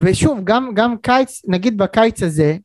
ושוב גם קיץ נגיד בקיץ הזה